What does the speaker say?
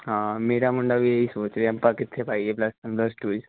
ਹਾਂ ਮੇਰਾ ਮੁੰਡਾ ਵੀ ਇਹ ਹੀ ਸੋਚ ਰਿਹਾ ਆਪਾਂ ਕਿੱਥੇ ਪਾਈਏ ਪਲਸ ਵਨ ਪਲਸ ਟੂ 'ਚ